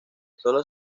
sólo